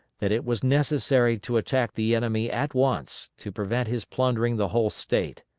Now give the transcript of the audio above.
that it was necessary to attack the enemy at once, to prevent his plundering the whole state.